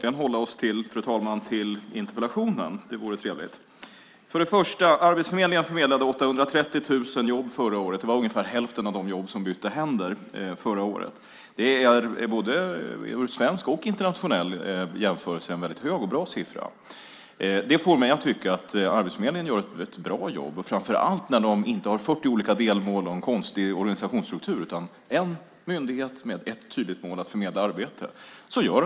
Fru talman! Vi ska hålla oss till interpellationen. Det vore trevligt. Arbetsförmedlingen förmedlade 830 000 jobb förra året. Det var ungefär hälften av de jobb som bytte händer. Det är i både svensk och internationell jämförelse en väldigt hög och bra siffra. Det får mig att tycka att Arbetsförmedlingen gör ett bra jobb, framför allt när den inte har 40 olika delmål och en konstig organisationsstruktur, utan är en myndighet med ett tydligt mål: att förmedla arbeten.